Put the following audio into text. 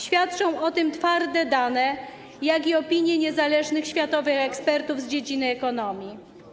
Świadczą o tym zarówno twarde dane, jak i opinie niezależnych światowych ekspertów z dziedziny ekonomii.